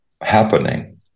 happening